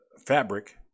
Fabric